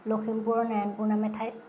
লখিমপুৰৰ নাৰায়ণপুৰ নামে ঠাইত